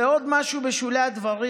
ועוד משהו בשולי הדברים: